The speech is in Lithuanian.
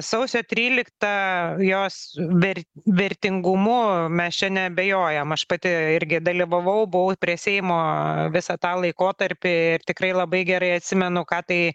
sausio tryliktą jos ver vertingumu mes čia neabejojam aš pati irgi dalyvavau buvau prie seimo visą tą laikotarpį ir tikrai labai gerai atsimenu ką tai